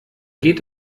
geht